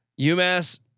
UMass